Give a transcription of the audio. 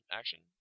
action